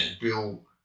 Bill